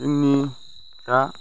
जोंनि दा